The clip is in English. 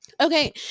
Okay